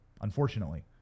unfortunately